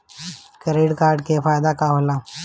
Credit card के का फायदा होला?